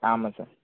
ஆமாம் சார்